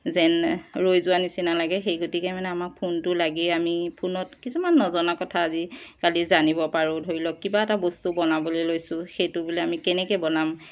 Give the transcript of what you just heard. যেনে ৰৈ যোৱা নিচিনা লাগে সেই গতিকে মানে আমাক ফোনটো লাগেই আমি ফোনত কিছুমান নজনা কথা আজিকালি জানিব পাৰোঁ ধৰি লওক কিবা এটা বস্তু বনাবলৈ লৈছো সেইটো বোলে আমি কেনেকৈ বনাম